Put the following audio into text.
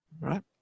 Right